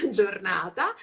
giornata